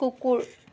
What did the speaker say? কুকুৰ